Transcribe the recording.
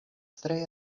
tre